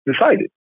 decided